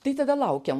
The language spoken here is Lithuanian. tai tada laukiam